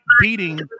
beating